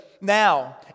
now